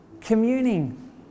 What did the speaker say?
communing